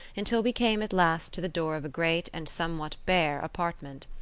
until we came at last to the door of a great and somewhat bare apartment.